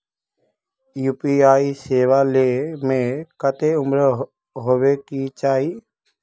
UPI सेवा ले में कते उम्र होबे के चाहिए?